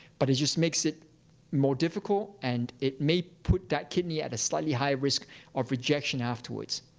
but it just makes it more difficult, and it may put that kidney at a slightly higher risk of rejection afterwards.